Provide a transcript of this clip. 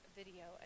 video